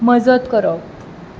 मजत करप